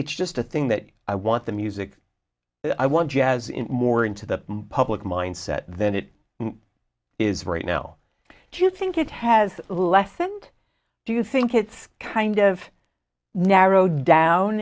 it's just a thing that i want the music i want jazz in more into the public mindset than it is right now do you think it has lessened do you think it's kind of narrow down